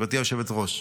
גברתי היושבת-ראש,